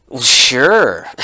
Sure